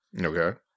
Okay